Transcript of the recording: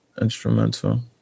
instrumental